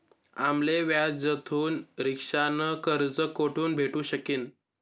आम्ले व्याजथून रिक्षा न कर्ज कोठून भेटू शकीन